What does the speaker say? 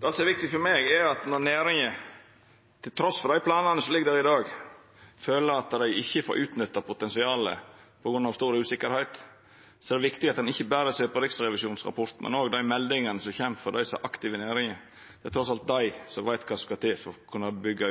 Det som er viktig for meg, er at når næringa – trass i dei planane som ligg der i dag – føler at dei ikkje får utnytta potensialet på grunn av stor usikkerheit, er det viktig at ein ikkje berre ser på riksrevisjonsrapporten, men òg dei meldingane som kjem frå dei som er aktive i næringa. Det er trass alt dei som veit kva som skal til for å kunne byggja